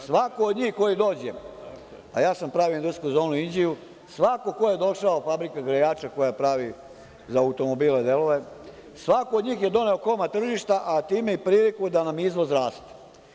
Svako od njih koji dođe, a ja sam pravio industrijsku zonu u Inđiju, svako ko je došao, fabrika grejača koja pravi za automobile delove, svako od njih je doneo komad tržišta, a time i priliku da nam izvoz raste.